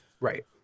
Right